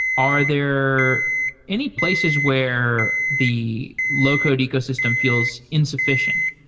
are there any places where the low-code ecosystem feels insuffi cient?